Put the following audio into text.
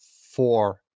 four